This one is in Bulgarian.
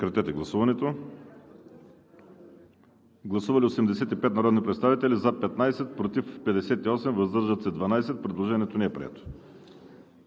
Кодекса на труда. Гласували 85 народни представители: за 15, против 58, въздържали се 12. Предложението не е прието.